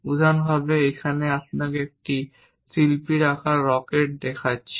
উদাহরণস্বরূপ এখানে আমি আপনাকে একজন শিল্পীর আঁকা একটি রকেট দেখাচ্ছি